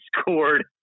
scored